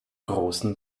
großen